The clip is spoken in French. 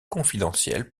confidentiels